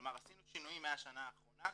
כלומר עשינו שינויים מהשנה האחרונה,